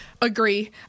agree